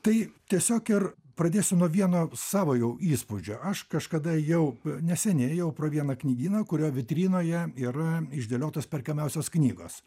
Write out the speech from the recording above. tai tiesiog ir pradėsiu nuo vieno savo jau įspūdžio aš kažkada jau neseniai ėjau pro vieną knygyną kurio vitrinoje yra išdėliotos perkamiausios knygos